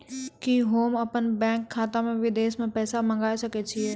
कि होम अपन बैंक खाता मे विदेश से पैसा मंगाय सकै छी?